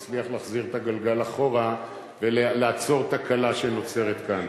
הצליח להחזיר את הגלגל אחורה ולעצור תקלה שנוצרת כאן.